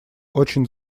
очень